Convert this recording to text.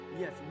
yes